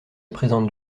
présente